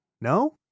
No